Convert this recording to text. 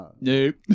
Nope